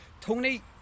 Tony